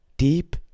Deep